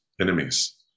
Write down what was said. enemies